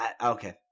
Okay